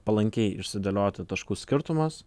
palankiai išsidėlioti taškų skirtumas